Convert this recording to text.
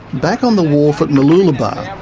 back on the wharf at mooloolaba,